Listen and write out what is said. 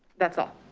that's all.